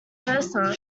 versa